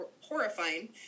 horrifying